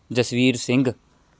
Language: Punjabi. ਜਸਵੀਰ ਸਿੰਘ